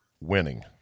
winning